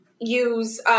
use